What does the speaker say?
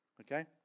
Okay